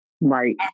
Right